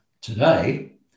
today